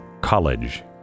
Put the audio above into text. College